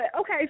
okay